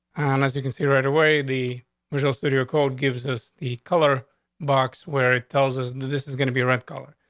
unless you can see right away. the visual studio code gives us the color box where it tells us and that this is gonna be red color.